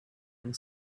and